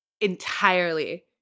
entirely